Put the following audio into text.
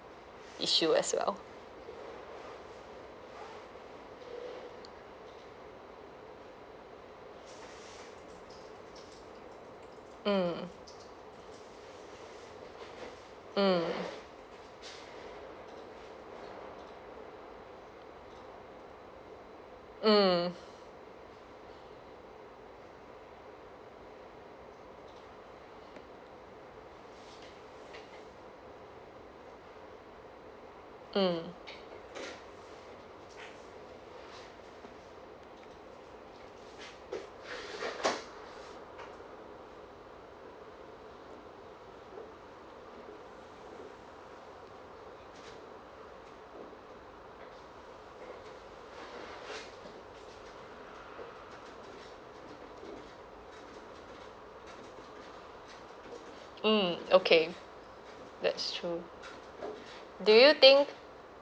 issue as well mm mm mm mm mm okay that's true do you think